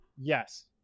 Yes